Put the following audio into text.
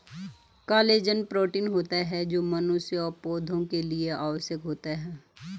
collagen protein होता है जो मनुष्य व पौधा के लिए आवश्यक होता है